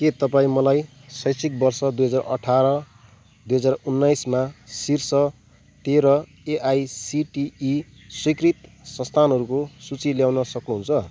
के तपाईँँ मलाई शैक्षिक वर्ष दुई हजार अठार दुई हजार उन्नाइसमा शीर्ष तेह्र एआइसिटिई स्वीकृत संस्थानहरूको सूची ल्याउन सक्नुहुन्छ